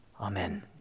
Amen